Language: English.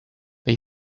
they